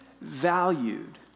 valued